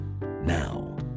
Now